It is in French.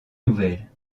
nouvelle